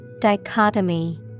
Dichotomy